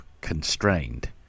constrained